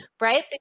right